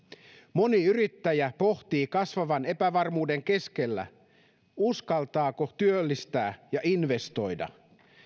moni yrittäjä pohtii kasvavan epävarmuuden keskellä uskaltaako työllistää ja investoida